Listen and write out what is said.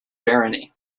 barony